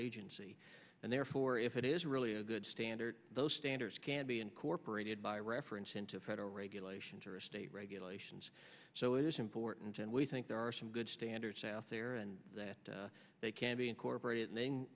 agency and therefore if it is really a good standard those standards can be incorporated by reference into federal regulations or a state regulations so it's important and we think there are some good standards out there and that they can be incorporated then the